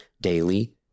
daily